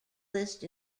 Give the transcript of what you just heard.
list